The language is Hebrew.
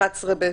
מ-11(ב).